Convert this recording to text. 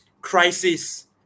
crisis